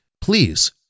Please